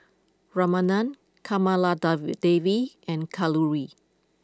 Ramanand Kamaladevi David and Kalluri